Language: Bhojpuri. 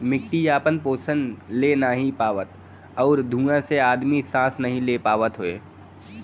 मट्टी आपन पोसन ले नाहीं पावत आउर धुँआ से आदमी सांस नाही ले पावत हौ